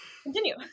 Continue